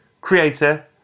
creator